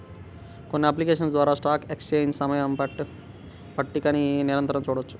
కొన్ని అప్లికేషన్స్ ద్వారా stock exchange సమయ పట్టికని నిరంతరం చూడొచ్చు